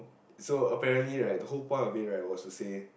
so apparently right the whole point of it right was to say